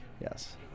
Yes